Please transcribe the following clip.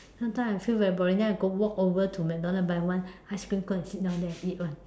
sometimes I feel very boring then I go walk over to McDonald buy one ice cream cone and sit down there and eat [one]